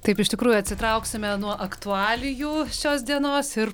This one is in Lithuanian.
taip iš tikrųjų atsitrauksime nuo aktualijų šios dienos ir